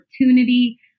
opportunity